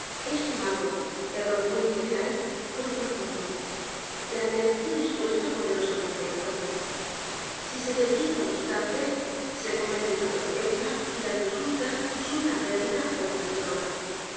es tomado error muy general por profundo la atención es puesta poderosamente en juego si se debilita un instante se comete una torpeza y las resultas son una pérdida ó una d